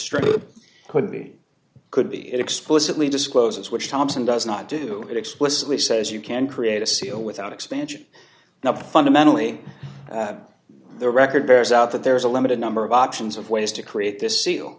that could be could be explicitly discloses which thompson does not do it explicitly says you can create a seal without expansion now fundamentally the record bears out that there is a limited number of options of ways to create this seal